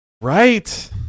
Right